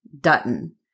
Dutton